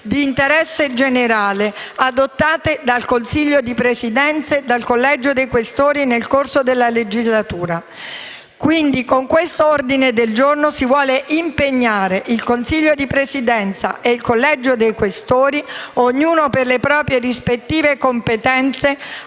di interesse generale adottate dal Consiglio di Presidenza e dal Collegio dei Questori nel corso della legislatura. Con l'ordine del giorno G47 si vuole pertanto impegnare il Consiglio di Presidenza e il Collegio dei Questori, ognuno per le proprie rispettive competenze,